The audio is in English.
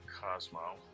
Cosmo